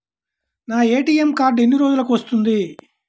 నా ATM card ఎన్ని రోజులకు వస్తుంది?